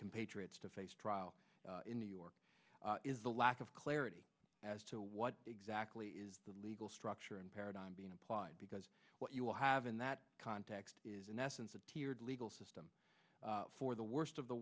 compatriots to face trial in new york is the lack of clarity as to what exactly is the legal structure and paradigm being applied because what you will have in that context is in essence a tiered legal system for the worst of the